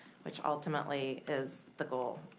which ultimately is the goal,